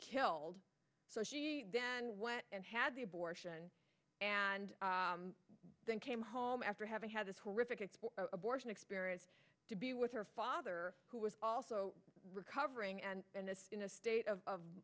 killed so she then went and had the abortion and then came home after having had this horrific it for abortion experience to be with her father who was also recovering and in this in a state of